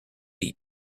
deep